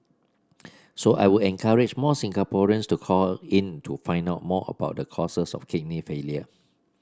so I would encourage more Singaporeans to call in to find out more about the causes of kidney failure